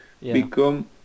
become